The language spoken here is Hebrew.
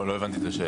לא הבנתי את השאלה.